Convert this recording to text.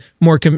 more